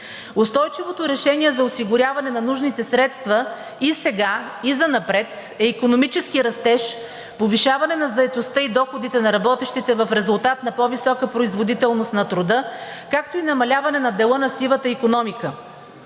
Устойчивото решение за осигуряване на нужните средства – и сега, и занапред, е: икономически растеж, повишаване на заетостта и доходите на работещите в резултат на по-висока производителност на труда, както и намаляване на дела на сивата икономика.